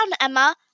Emma